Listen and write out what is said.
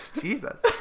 Jesus